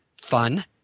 fun